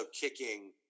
kicking